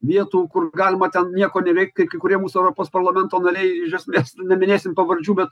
vietų kur galima ten nieko neveikt kaip kai kurie mūsų europos parlamento nariai iš esmės neminėsim pavardžių bet